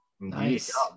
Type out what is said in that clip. nice